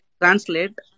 translate